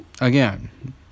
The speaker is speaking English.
Again